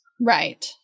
Right